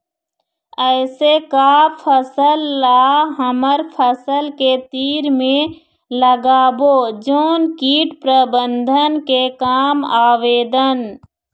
ऐसे का फसल ला हमर फसल के तीर मे लगाबो जोन कीट प्रबंधन के काम आवेदन?